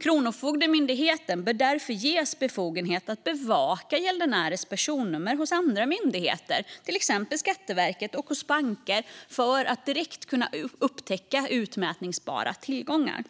Kronofogdemyndigheten bör därför ges befogenhet att bevaka gäldenärers personnummer hos andra myndigheter, till exempel Skatteverket, och hos banker för att direkt kunna upptäcka utmätningsbara tillgångar.